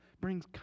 brings